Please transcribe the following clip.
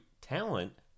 talent